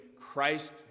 Christ